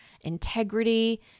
integrity